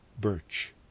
birch